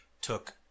took